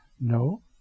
No